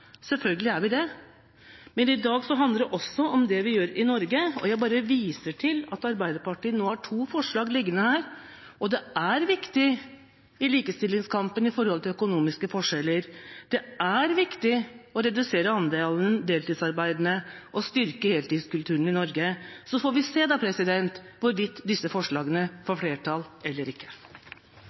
Selvfølgelig er vi det, men i dag handler det også om det vi gjør i Norge. Jeg bare viser til at Arbeiderpartiet nå har to forslag her, og det er viktig i likestillingskampen når det gjelder økonomiske forskjeller, det er viktig å redusere andelen deltidsarbeidende og styrke heltidskulturen i Norge. Så får vi se hvorvidt disse forslagene får flertall eller ikke.